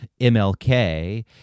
MLK